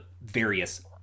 various